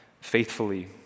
faithfully